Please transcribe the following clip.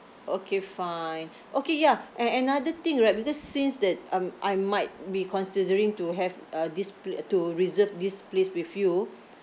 okay fine okay ya a~ another thing right because since that um I might be considering to have uh this pla~ uh to reserve this place with you